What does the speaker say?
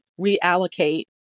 reallocate